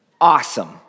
Awesome